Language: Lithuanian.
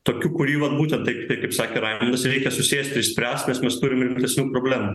tokiu kurį vat būtent taip kaip ir sakė raimundas reikia susėst ir išspręst nes mes turim rimtesnių problemų